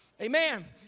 Amen